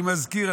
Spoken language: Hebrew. אני מזכיר,